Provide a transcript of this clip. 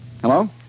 Hello